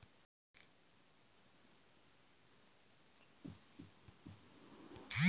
भुनाने के बाद अलाकली के प्रयोग से फ्लेवर डाला जाता हैं समझें राजु